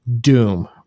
Doom